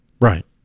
Right